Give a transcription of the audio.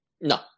No